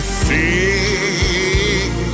sing